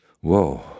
whoa